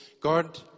God